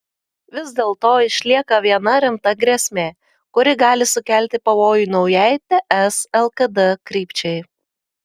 vis dėlto išlieka viena rimta grėsmė kuri gali sukelti pavojų naujai ts lkd krypčiai